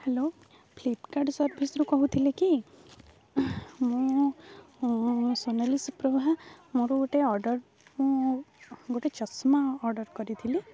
hello Flipkart ସର୍ଭିସ୍ରୁ କହୁଥିଲେ କି ମୁଁ ସୋନାଲି ସୁପ୍ରଭା ମୋର ଗୋଟେ ଅର୍ଡ଼ର୍ ମୁଁ ଗୋଟେ ଚଷମା ଅର୍ଡ଼ର୍ କରିଥିଲି